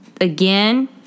Again